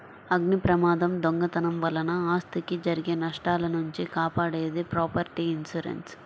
అగ్నిప్రమాదం, దొంగతనం వలన ఆస్తికి జరిగే నష్టాల నుంచి కాపాడేది ప్రాపర్టీ ఇన్సూరెన్స్